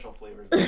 flavors